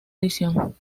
edición